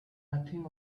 nothing